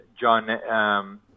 John